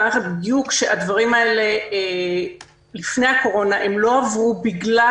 הדברים האלה לפני הקורונה לא עברו בגלל